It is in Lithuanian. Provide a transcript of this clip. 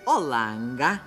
o langą